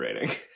rating